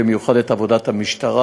במיוחד את עבודת המשטרה.